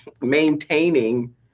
maintaining